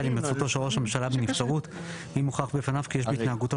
על הימצאותו של ראש הממשלה בנבצרות אם הוכח בפניו כי יש בהתנהגותו